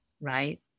right